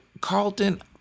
Carlton